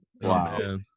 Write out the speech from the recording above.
wow